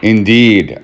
Indeed